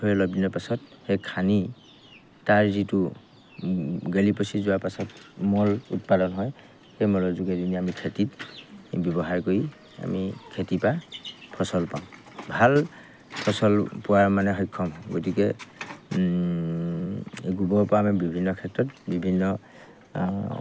থৈ পাছত সেই খানি তাৰ যিটো গেলি পচি যোৱাৰ পাছত মল উৎপাদন হয় সেই মলৰ যোগেদি নি আমি খেতিত ব্যৱহাৰ কৰি আমি খেতিৰপৰা ফচল পাওঁ ভাল ফচল পোৱাৰ মানে সক্ষম হওঁ গতিকে গোবৰপৰা আমি বিভিন্ন ক্ষেত্ৰত বিভিন্ন